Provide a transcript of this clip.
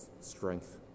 strength